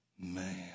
man